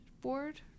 board